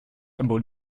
about